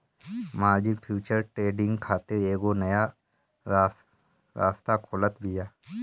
margin future trading खातिर एगो नया रास्ता खोलत बिया